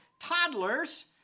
toddlers